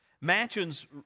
Mansions